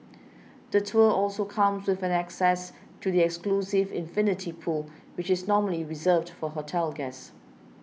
the tour also comes with an access to the exclusive infinity pool which is normally reserved for hotel guests